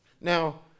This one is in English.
Now